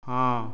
ହଁ